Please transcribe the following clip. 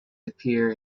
appear